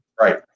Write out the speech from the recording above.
Right